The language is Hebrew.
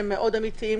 שהם מאוד אמיתיים,